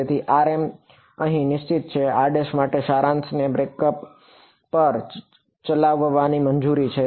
તેથી rm અહીં નિશ્ચિત છે r માટેના સારાંશને બ્રેકઅપ પર ચલાવવાની મંજૂરી છે